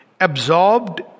absorbed